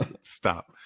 stop